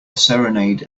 serenade